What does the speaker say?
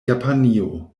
japanio